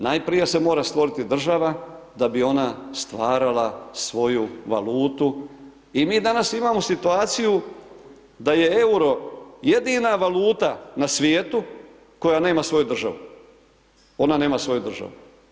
Najprije se mora stvorit država, da bi ona stvarala svoju valutu i mi danas imamo situaciju da je euro jedina valuta na svijetu koja nema svoju državu, ona nema svoju državu.